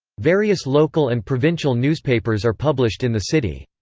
various local and provincial newspapers are published in the city.